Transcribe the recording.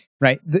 right